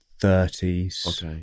thirties